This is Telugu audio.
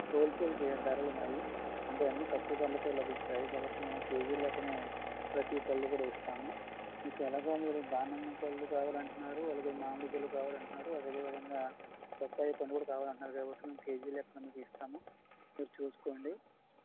హోల్ సేల్ ధరలు మావి అంటే అన్నీ తక్కువ ధరలుకే లభిస్తాయి కాబట్టి మనం కేజీ లెక్కనే ప్రతి పళ్ళు కూడా ఇస్తాము ఇంక ఎలాగో మీరు దానిమ్మ పళ్ళు కావాలని అంటున్నారు అలాగే మామిడి పళ్ళు కావాలని అంటున్నారు అదే విధంగా బొప్పాయి పండు కూడా కావాలని అంటున్నారు కాబట్టి మేము కేజీ లెక్కనే ఇస్తాము మీరు చూసుకోండి